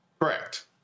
correct